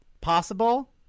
possible